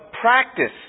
practice